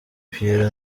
pierrot